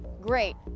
great